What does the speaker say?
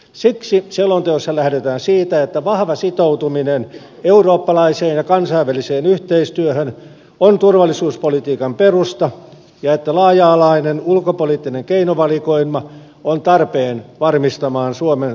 siksi selonteossa lähdetään siitä että vahva sitoutuminen eurooppalaiseen ja kansainväliseen yhteistyöhön on turvallisuuspolitiikan perusta ja että laaja alainen ulkopoliittinen keinovalikoima on tarpeen varmistamaan suomen vaikutusmahdollisuudet